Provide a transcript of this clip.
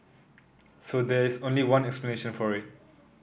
so there's only one explanation for it